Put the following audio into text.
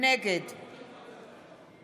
נגד